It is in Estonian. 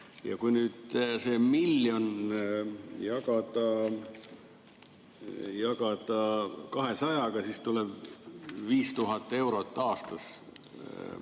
Ja kui nüüd see miljon jagada 200-ga, siis tuleb 5000 eurot aastas